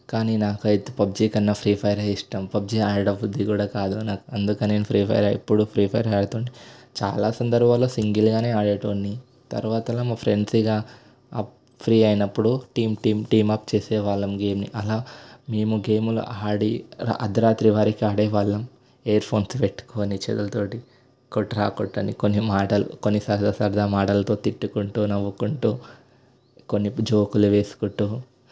కానీ నాకైతే పబ్జి కన్నా ఫ్రీఫైర్ ఇష్టం పబ్జి ఆడబుద్ది కూడా కాదు నాకు అందుకనే ఫ్రీఫైర్ ఎప్పుడు ఫ్రీఫైర్ ఆడుతుంటా చాలా సందర్భాల్లో సింగిల్గానే ఆడేటోడిని తర్వాతల మా ఫ్రెండ్స్ ఇక అప్పు ఫ్రీ అయినప్పుడు టీం టీం టీం అప్ చేసేవాళ్ళం గేమ్ అలా మేము గేములు ఆడి అర్ధరాత్రి వరికి ఆడే వాళ్ళము ఎయిర్ ఫోన్స్ పెట్టుకొని చెవుల తోటి కొట్టురా కొట్టురా అని కొన్ని మాటలు కొన్ని సరదా సరదా మాటలతో తిట్టుకుంటూ నవ్వుకుంటూ కొన్ని జోకులు వేసుకుంటూ